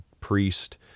Priest